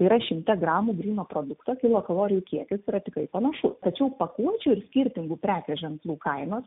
tai yra šimte gramų gryno produkto kilokalorijų kiekis yra tikrai panašus tačiau pakuočių ir skirtingų prekės ženklų kainos